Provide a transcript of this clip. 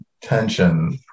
tension